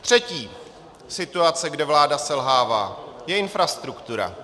Třetí situace, kde vláda selhává, je infrastruktura.